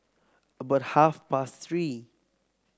about half past Three